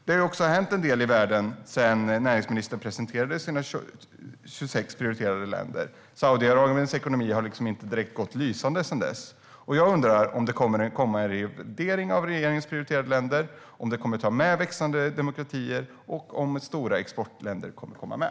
Det har också hänt en del i världen sedan näringsministern presenterade sina 26 prioriterade länder. Saudiarabiens ekonomi har inte direkt gått lysande sedan dess. Jag undrar om det kommer att komma en revidering av regeringens prioriterade länder, om den kommer att ta med växande demokratier och om stora exportländer kommer att komma med.